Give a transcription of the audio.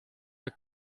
der